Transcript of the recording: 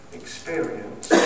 experience